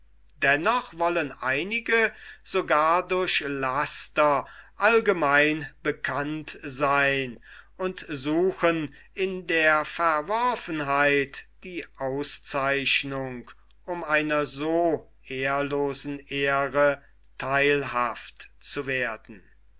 dennoch wollen einige sogar durch laster allgemein bekannt seyn und suchen in der verworfenheit die auszeichnung um einer so ehrlosen ehre theilhaft zu werden